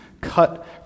cut